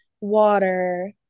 water